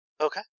Okay